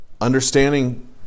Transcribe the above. Understanding